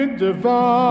divine